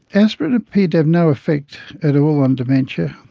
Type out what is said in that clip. aspirin appeared to have no effect at all on dementia.